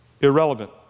irrelevant